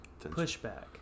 pushback